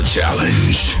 Challenge